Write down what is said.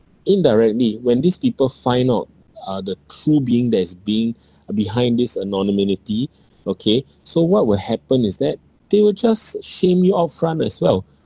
indirectly when these people find out uh the cruel being that is being behind this anonymity okay so what will happen is that they will just shame you upfront as well